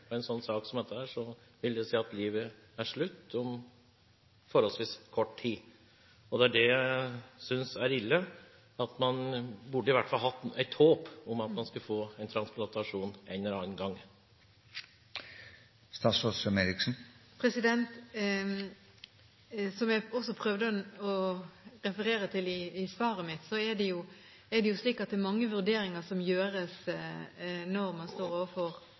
en sak som dette, vil det si at livet er slutt om forholdsvis kort tid. Det er det jeg synes er ille. Man burde i hvert fall hatt et håp om at man skulle få transplantasjon en eller annen gang. Som jeg prøvde å referere til i svaret mitt, er det slik at det er mange vurderinger som gjøres når man står overfor